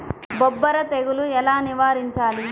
బొబ్బర తెగులు ఎలా నివారించాలి?